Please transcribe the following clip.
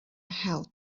help